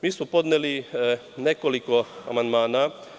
Mi smo podneli nekoliko amandmana.